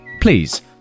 Please